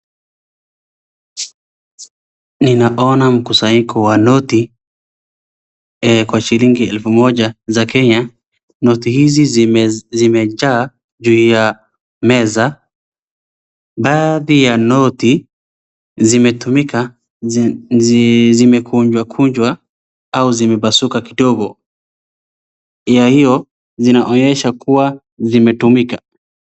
Kuna mkusanyiko wa noti za Kenya. Noti hizi zimejaa juu ya meza. Baadhi yazo zimekunjwakunjwa kuonyesha kuwa zimetumika.